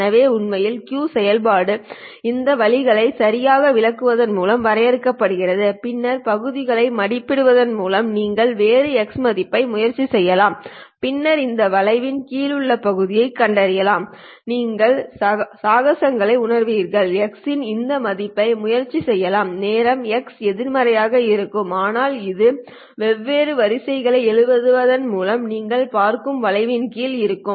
எனவே உண்மையில் Q செயல்பாடு இந்த வரிகளை சரியாக விளக்குவதன் மூலம் வரையறுக்கப்படுகிறது பின்னர் பகுதியை மதிப்பிடுவதன் மூலம் நீங்கள் வேறு x' மதிப்பை முயற்சி செய்யலாம் பின்னர் இந்த வளைவின் கீழ் உள்ள பகுதியைக் கண்டறியலாம் நீங்கள் சாகசங்களை உணர்கிறீர்கள் x இன் இந்த மதிப்பை முயற்சி செய்யலாம் நேரம் x எதிர்மறையாக இருக்கும் ஆனால் இது வெவ்வேறு வரிகளை எழுதுவதன் மூலம் நீங்கள் பார்க்கும் வளைவின் கீழ் இருக்கும்